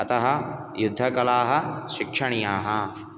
अतः युद्धकलाः शिक्षणीयाः